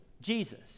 Jesus